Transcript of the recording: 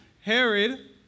Herod